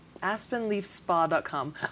aspenleafspa.com